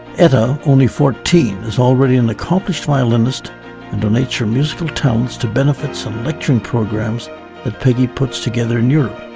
etha, only fourteen, is already an accomplished violinist and donates her musical talent to benefits on lecture and programs that peggy puts together in europe.